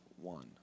one